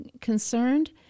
concerned